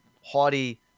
haughty